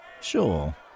Sure